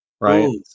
right